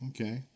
Okay